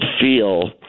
feel